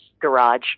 garage